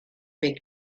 big